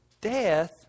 death